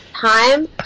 time